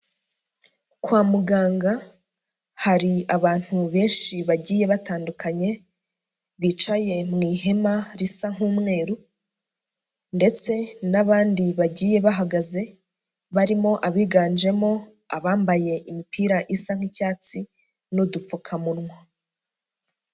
Kwa muganga hari abantu benshi bagiye batandukanye, bicaye mu ihema risa nk'umweru ndetse n'abandi bagiye bahagaze, barimo abiganjemo abambaye imipira isa nk'icyatsi n'udupfukamunwa.